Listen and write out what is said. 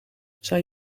zij